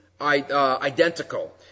identical